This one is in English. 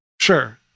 Sure